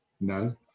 No